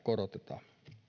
korotetaan